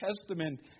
Testament